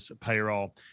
payroll